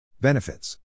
Benefits